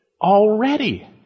already